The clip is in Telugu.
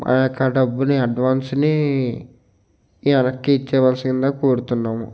ఆ యొక్క డబ్బుని అడ్వాన్స్ని వెనక్కిచ్చేయవలసిందిగా కోరుతున్నాము